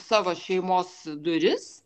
savo šeimos duris